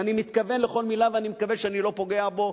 ואני מתכוון לכל מלה ואני מקווה שאני לא פוגע בו,